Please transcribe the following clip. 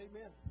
Amen